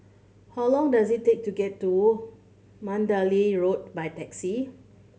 how long does it take to get to Mandalay Road by taxi